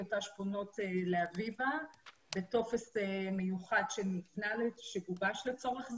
תנאי שירות פונות לאביבה בטופס מיוחד שגובש לצורך זה.